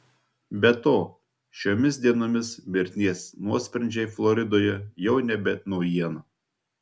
be to šiomis dienomis mirties nuosprendžiai floridoje jau nebe naujiena